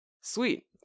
sweet